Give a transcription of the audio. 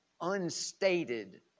unstated